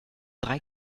drei